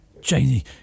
Janie